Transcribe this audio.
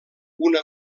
una